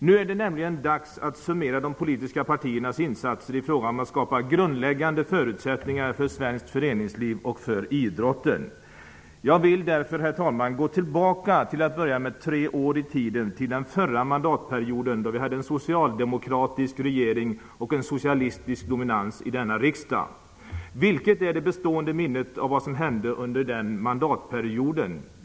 Nu är det dags att summera de politiska partiernas insatser i fråga om att skapa grundläggande förutsättningar för svenskt föreningsliv och för idrotten. Jag vill därför, herr talman, gå tillbaka tre år i tiden till den förra mandatperioden då vi hade en socialdemokratisk regering och en socialistisk dominans i denna riksdag. Vilket är det bestående minnet av vad som hände under den mandatperioden?